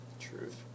Truth